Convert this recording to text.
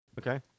Okay